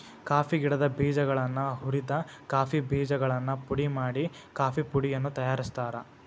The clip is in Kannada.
ಕಾಫಿ ಗಿಡದ ಬೇಜಗಳನ್ನ ಹುರಿದ ಕಾಫಿ ಬೇಜಗಳನ್ನು ಪುಡಿ ಮಾಡಿ ಕಾಫೇಪುಡಿಯನ್ನು ತಯಾರ್ಸಾತಾರ